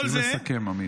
לסכם, עמית.